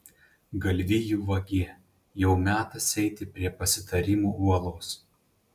galvijų vagie jau metas eiti prie pasitarimų uolos